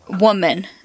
woman